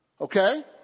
Okay